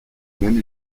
même